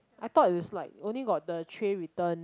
I thought it's like only got the tray return